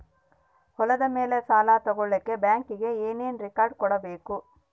ಹೊಲದ ಮೇಲೆ ಸಾಲ ತಗಳಕ ಬ್ಯಾಂಕಿಗೆ ಏನು ಏನು ರೆಕಾರ್ಡ್ಸ್ ಕೊಡಬೇಕು?